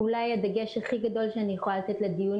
אולי הדגש הכי גדול שאני יכול לתת לדיון